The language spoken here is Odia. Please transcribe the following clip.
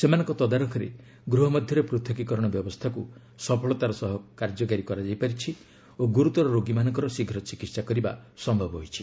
ସେମାନଙ୍କ ତଦାରଖରେ ଗୃହ ମଧ୍ୟରେ ପୃଥକୀକରଣ ବ୍ୟବସ୍ଥାକୁ ସଫଳତାର ସହ କାର୍ଯ୍ୟକାରୀ କରାଯାଇ ପାରିଛି ଓ ଗୁରୁତର ରୋଗୀମାନଙ୍କର ଶୀଘ୍ର ଚିକିତ୍ସା କରିବା ସମ୍ଭବ ହୋଇଛି